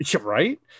Right